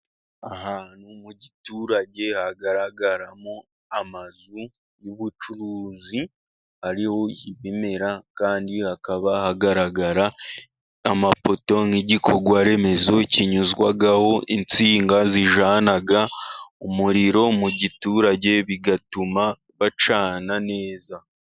Ahantu mu giturage hagaragaramo amazu y'ubucuruzi. hariho ibimera kandi hakaba hagaragara amapoto nk'igikorwaremezo kinyuzwaho insinga zijyana umuriro mu giturage bigatuma bacana neza.